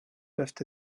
peuvent